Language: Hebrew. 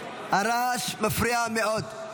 הרעש מפריע מאוד.